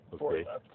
Okay